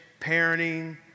parenting